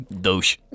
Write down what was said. Douche